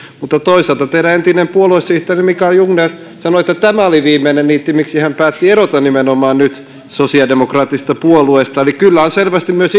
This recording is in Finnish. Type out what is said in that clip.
mutta toisaalta teidän entinen puoluesihteerinne mikael jungner sanoi että tämä oli viimeinen niitti miksi hän päätti erota nimenomaan nyt sosiaalidemokraattisesta puolueesta eli kyllä on selvästi myös